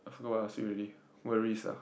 I forgot what I want ask you already worries ah